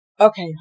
Okay